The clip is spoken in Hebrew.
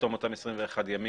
בתום אותם 21 ימים